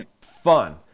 fun